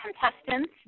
contestants